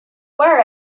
wear